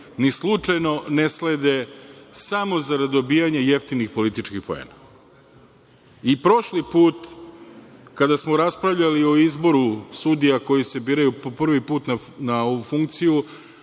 ni slučajno ne slede, samo zarad dobijanja jeftinih političkih poena. I prošli put kada smo raspravljali o izboru sudija koji se biraju po prvi put na ovu funkciju,